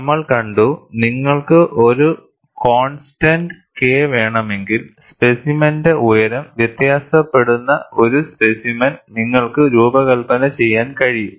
നമ്മൾ കണ്ടു നിങ്ങൾക്ക് ഒരു കോൺസ്റ്റൻറ് K വേണമെങ്കിൽ സ്പെസിമെനിന്റെ ഉയരം വ്യത്യാസപ്പെടുന്ന ഒരു സ്പെസിമെൻ നിങ്ങൾക്ക് രൂപകൽപ്പന ചെയ്യാൻ കഴിയും